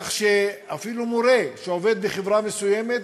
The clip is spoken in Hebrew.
כך שאפילו מורה שעובד בחברה מסוימת,